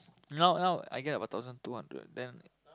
now now I get about thousand two hundred dollars then